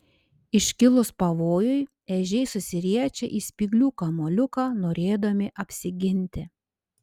iškilus pavojui ežiai susiriečia į spyglių kamuoliuką norėdami apsiginti